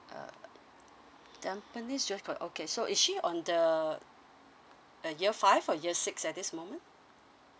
uh tampines junior okay so is she on the uh year five or year six at this moment